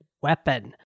weapon